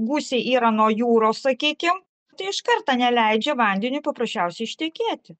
gūsiai yra nuo jūros sakykim tai iš karto neleidžia vandeniui paprasčiausiai ištekėti